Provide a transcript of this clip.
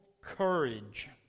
courage